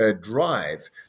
drive